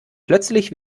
plötzlich